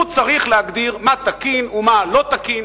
הוא צריך להגדיר מה תקין ומה לא תקין,